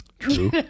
True